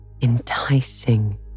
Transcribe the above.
enticing